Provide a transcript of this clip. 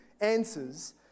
answers